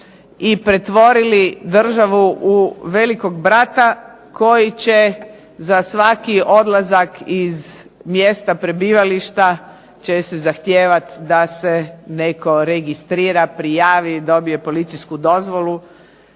i pretvorili državu u velikog brata koji će za svaki odlazak iz mjesta prebivališta će se zahtijevati da se netko registrira, prijavi, dobije policijsku dozvolu.